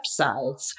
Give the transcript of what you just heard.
websites